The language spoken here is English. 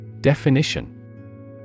Definition